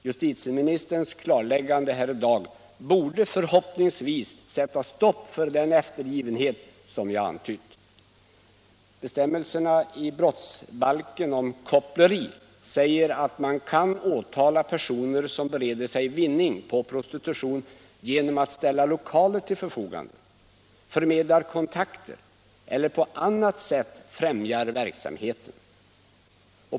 Justitieministerns klarläggande här i dag borde förhoppningsvis sätta stopp för den eftergivenhet som jag antytt. Bestämmelserna i brottsbalken om koppleri säger att man kan åtala personer som bereder sig vinning på prostitution genom att ställa lokaler till förfogande, förmedlar kontakter eller på annat sätt främjar verksamheten.